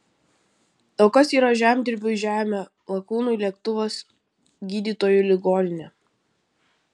o kas yra žemdirbiui žemė lakūnui lėktuvas gydytojui ligoninė